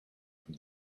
from